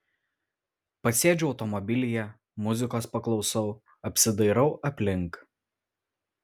pasėdžiu automobilyje muzikos paklausau apsidairau aplink